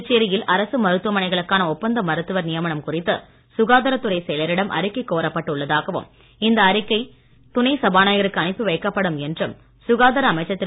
புதுச்சேரியில் அரசு மருத்துவமனைகளுக்கான ஒப்பந்த மருத்துவர் நியமனம் குறித்து சுகாதாரத் துறைச் செயலரிடம் அறிக்கை கோரப்பட்டு உள்ளதாகவும் இந்த அறிக்கையில் துணை சபாநாயகருக்கு அனுப்பி வைக்கப்படும் என்றும் சுகாதார அமைச்சர் திரு